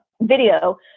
video